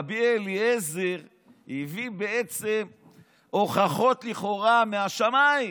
רבי אליעזר הביא בעצם הוכחות לכאורה מהשמיים,